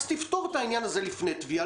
אז תפתור את העניין הזה לפני תביעה,